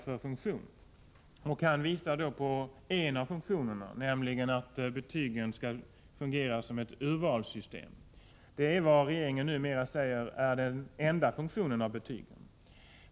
Skolministern pekade på en av funktionerna, nämligen att betygen skall fungera som ett urvalsinstrument. Det är enligt vad regeringen numera säger betygens enda funktion.